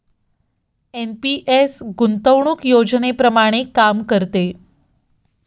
NPS गुंतवणूक योजनेप्रमाणे काम करते